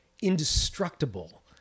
indestructible